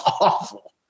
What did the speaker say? awful